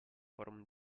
forum